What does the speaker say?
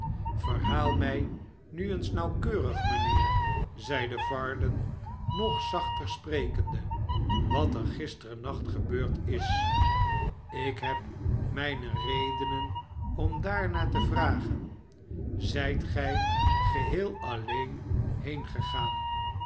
verhaal mij nu eens nauwkeurig mijnheer zeide varden nog zachter sprekende wat er gisterennacht gebeurd is ik heb mijne redenen om daarnaar te vragen zijt gij geheel alleen